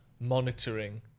monitoring